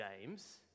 James